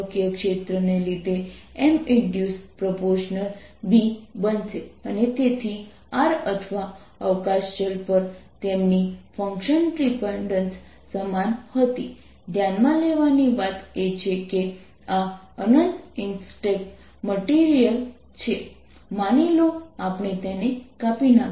પ્રશ્ન નંબર 4 માં z અક્ષ સાથે યુનિફોર્મ મેગ્નેટાઇઝેશન ધરાવતી અમારી પાસે ડિસ્ક છે